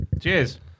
Cheers